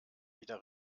wieder